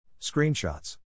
Screenshots